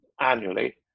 annually